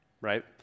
right